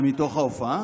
זה מתוך ההופעה?